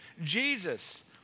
Jesus